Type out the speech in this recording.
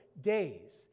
days